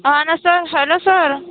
हो ना sir hello sir